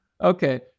okay